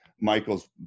Michael's